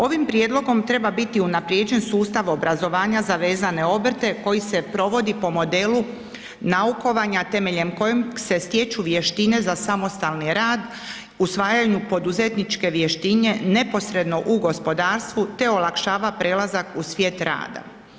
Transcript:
Ovim prijedlogom treba biti unaprijeđen sustav obrazovanja za vezane obrte koji se provodi po modelu naukovanja temeljem kojeg se stječu vještine za samostalni rad, usvajanju poduzetničke vještine neposredno u gospodarstvu te olakšava prelazak u svijet rada.